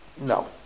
No